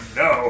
no